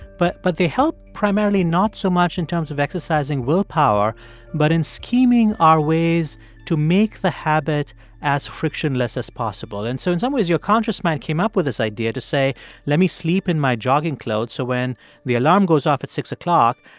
but but they help primarily not so much in terms of exercising willpower but in scheming our ways to make the habit as frictionless as possible. and so in some ways, your conscious mind came up with this idea to say let me sleep in my jogging clothes so when the alarm goes off at six o'clock,